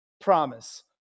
promise